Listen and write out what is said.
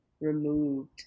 removed